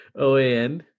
OAN